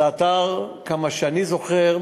זה אתר, כמה שאני זוכר,